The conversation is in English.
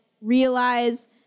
realize